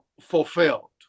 fulfilled